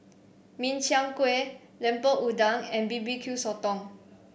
Min Chiang Kueh Lemper Udang and bbq sotong